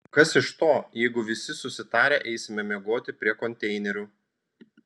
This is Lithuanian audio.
kas iš to jeigu visi susitarę eisime miegoti prie konteinerių